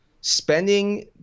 spending